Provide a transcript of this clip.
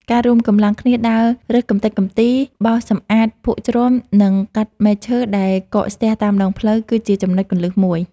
ការរួមកម្លាំងគ្នាដើររើសកម្ទេចកម្ទី បោសសម្អាតភក់ជ្រាំ និងកាត់មែកឈើដែលកកស្ទះតាមដងផ្លូវ គឺជាចំណុចគន្លឹះមួយ។